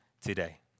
today